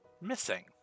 missing